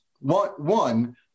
One